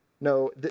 No